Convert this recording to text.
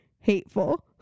Hateful